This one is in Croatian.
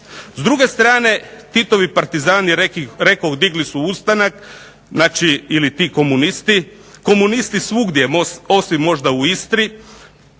S druge strane, Titovi partizani rekoh digli su ustanak ili ti komunisti, komunisti svugdje osim možda u Istri.